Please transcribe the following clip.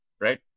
Right